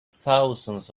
thousands